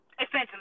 essentially